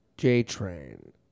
J-Train